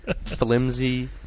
flimsy